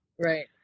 Right